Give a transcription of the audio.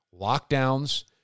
lockdowns